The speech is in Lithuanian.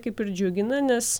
kaip ir džiugina nes